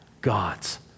God's